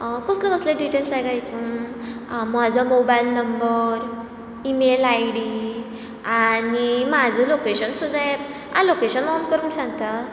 कसल्यो कसल्यो डिटेल्स जाय काय हितून हा म्हाजो mobile number email I D आनी म्हजो लोकेशन लोकेशन ऑन कर म्हण सांगतात